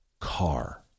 car